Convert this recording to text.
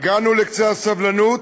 הגענו לקצה הסבלנות,